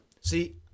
See